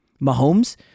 Mahomes